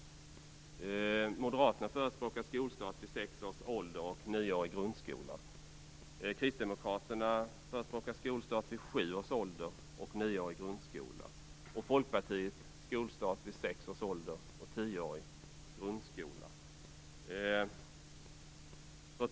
Moderaterna förspråkar skolstart vid sex års ålder och nioårig grundskola. Kristdemokraterna förespråkar skolstart vid sju års ålder och nioårig grundskola medan Folkpartiet förordar skolstart vid sex års ålder och tioårig grundskola.